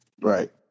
Right